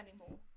anymore